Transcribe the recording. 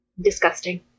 Disgusting